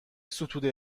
ستوده